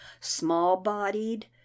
small-bodied